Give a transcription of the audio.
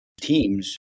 teams